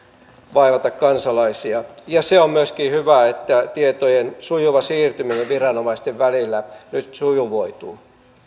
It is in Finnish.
vaivata kansalaisia se on myöskin hyvä että tietojen siirtyminen viranomaisten välillä nyt sujuvoituu